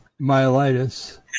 myelitis